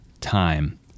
time